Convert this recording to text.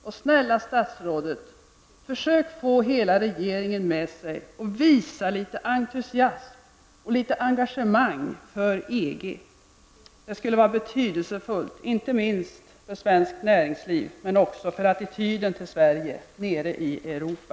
Men, snälla statsrådet, försök att få med hela regeringen och visa litet entusiasm och engagemang beträffande EG! Det skulle vara betydelsefullt -- inte minst för svenskt näringsliv, men också för attityden till Sverige nere i Europa.